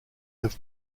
have